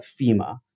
FEMA